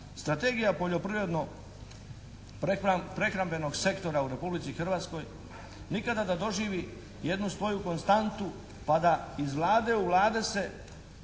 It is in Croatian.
Strategija poljoprivredno-prehrambenog sektora u Republici Hrvatskoj nikada da doživi jednu svoju konstantu pa da iz vlade u vladu se